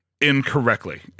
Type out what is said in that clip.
incorrectly